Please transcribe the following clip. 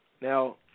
Now